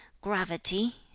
gravity